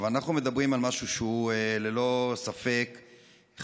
אבל אנחנו מדברים על משהו שהוא ללא ספק חריג.